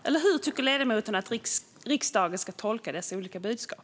Eller hur tycker ledamoten att riksdagen ska tolka dessa olika budskap?